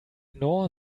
ignore